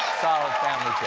solid family